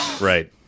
Right